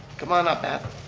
come on up, matt,